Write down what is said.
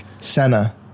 Senna